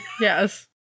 Yes